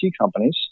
companies